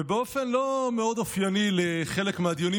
ובאופן לא מאוד אופייני לחלק מהדיונים